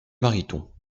mariton